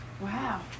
Wow